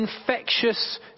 infectious